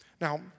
Now